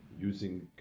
using